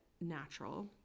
natural